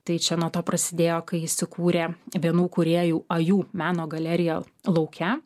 tai čia nuo to prasidėjo kai įsikūrė vienų kūrėjų ajų meno galerija lauke